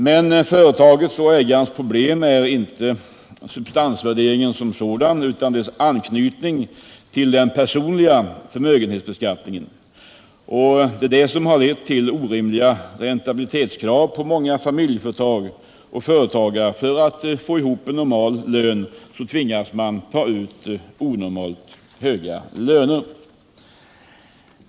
Men företagets och ägarens problem är inte substansvärderingen som sådan utan dess anknytning till den personaliga förmögenhetsbeskattningen. Detta har lett till orimliga räntabilitetskrav på många familjeföretag, och det har också lett till att företagare för att få ihop en normal lön tvingats till onormalt höga löneuttag.